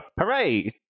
Hooray